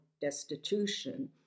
destitution